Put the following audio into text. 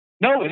No